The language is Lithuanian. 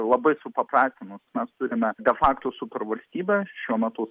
labai supaprastinus mes turime de fakto supervalstybę šiuo metu